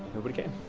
nobody came.